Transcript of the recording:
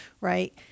right